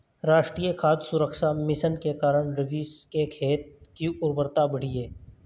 राष्ट्रीय खाद्य सुरक्षा मिशन के कारण रवीश के खेत की उर्वरता बढ़ी है